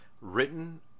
Written